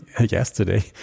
yesterday